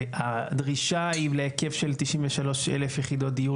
הדרישה היא להיקף של 93,000 יחידות דיור,